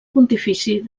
pontifici